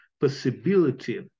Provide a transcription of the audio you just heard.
possibility